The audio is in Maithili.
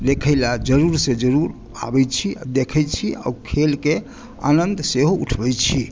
देखै लय जरुर सॅं जरुर आबै छी आओर देखै छी खेलके आनंद सेहो उठबै छी